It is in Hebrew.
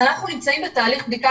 אנחנו נמצאים בתהליך בדיקה,